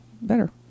better